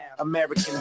American